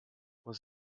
muss